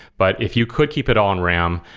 but if you could keep it on ram,